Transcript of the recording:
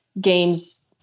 games